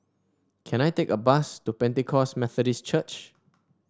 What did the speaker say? can I take a bus to Pentecost Methodist Church